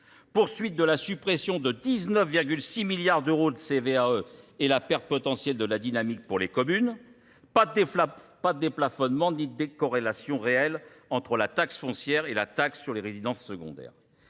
poursuite de la suppression de 19,6 milliards d'euros de CVAE et la perte potentielle de la dynamique pour les communes, pas de déplafonnement ni de corrélation réelle entre la taxe foncière et la taxe sur les résidences secondaires.